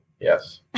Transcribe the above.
yes